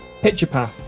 Picturepath